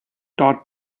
taught